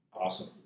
Awesome